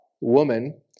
woman